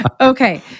Okay